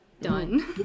done